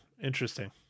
Interesting